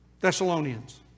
Thessalonians